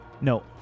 no